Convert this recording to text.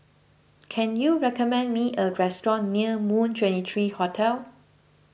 can you recommend me a restaurant near Moon twenty three Hotel